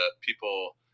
people